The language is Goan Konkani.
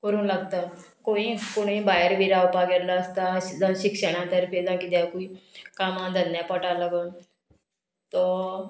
करूंक लागता खोंय कोणीय भायर बी रावपाक गेल्लो आसता जावं शिक्षणा तर्फे जावं कित्याकूय कामां धन्या पोटा लागून तो